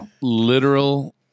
literal